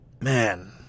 Man